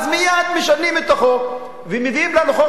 אז מייד משנים את החוק ומביאים לנו חוק